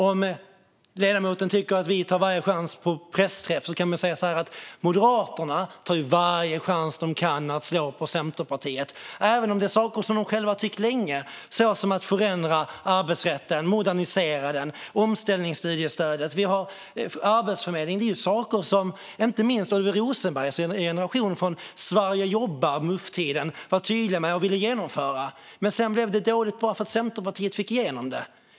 Om ledamoten tycker att vi tar varje chans till pressträff kan man ju säga att Moderaterna tar varje chans de kan att slå på Centerpartiet, även om det handlar om saker som de själva har tyckt länge, till exempel att förändra och modernisera arbetsrätten. Detta med omställningsstudiestödet och reformen av Arbetsförmedlingen är saker som inte minst Oliver Rosengrens egen generation från "Sverige jobbar"-tiden i MUF var tydliga med och ville genomföra. Men sedan blev det dåligt bara för att Centerpartiet fick igenom det.